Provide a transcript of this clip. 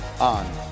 on